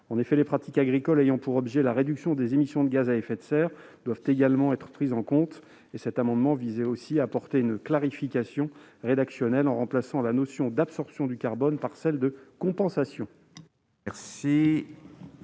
car les pratiques agricoles ayant pour objet la réduction des émissions de gaz à effet de serre doivent également être prises en compte. Enfin, cet amendement vise à apporter une clarification rédactionnelle, en remplaçant la notion d'absorption du carbone par celle de compensation.